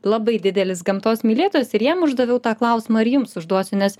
labai didelis gamtos mylėtojas ir jiem uždaviau tą klausimą ir jums užduosiu nes